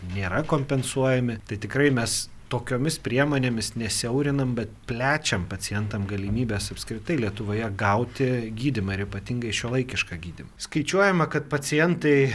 nėra kompensuojami tai tikrai mes tokiomis priemonėmis nesiaurinam bet plečiam pacientam galimybes apskritai lietuvoje gauti gydymą ir ypatingai šiuolaikišką gydymą skaičiuojama kad pacientai